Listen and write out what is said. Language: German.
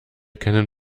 kennen